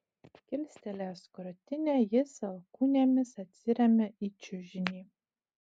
kilstelėjęs krūtinę jis alkūnėmis atsiremia į čiužinį